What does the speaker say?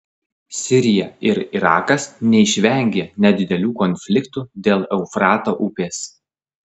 sirija ir irakas neišvengė nedidelių konfliktų dėl eufrato upės